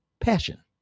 passion